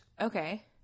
okay